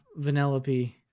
Vanellope